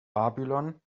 babylon